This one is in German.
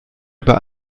über